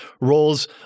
roles